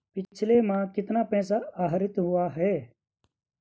पिछले माह कितना पैसा आहरित हुआ है?